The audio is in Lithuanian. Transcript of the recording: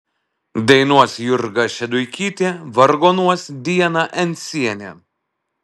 dainuos jurga šeduikytė vargonuos diana encienė